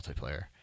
multiplayer